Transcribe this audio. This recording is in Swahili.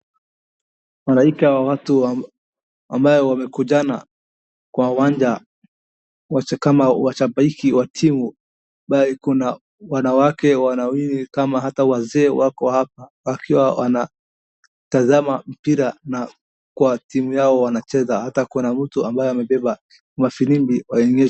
Halaiki ya watu ambao wamekunjana kwa uwanja kama washabiki wa timu ambaye iko na wanawake wanawiri kama hata wazee wako hapa, wakiwa wanatazama mpira na kwa timu yao wanacheza hata kuna mtu ambaye amebeba firimbi.